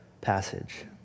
passage